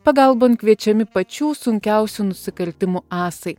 pagalbon kviečiami pačių sunkiausių nusikaltimų asai